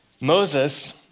Moses